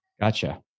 Gotcha